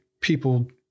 people